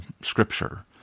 scripture